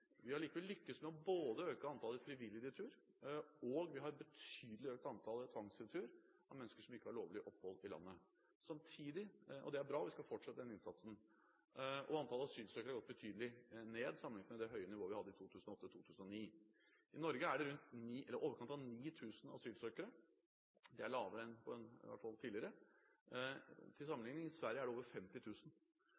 Vi har likevel lyktes med å øke antallet frivillig returnerte. Vi har økt betydelig antallet tvangsreturer av mennesker som ikke har lovlig opphold i landet. Det er bra, vi skal fortsette den innsatsen. Antall asylsøkere har gått betydelig ned sammenlignet med det høye nivået vi hadde i 2008/2009. I Norge er det i overkant av 9 000 asylsøkere. Det er i hvert fall et lavere antall enn tidligere. Til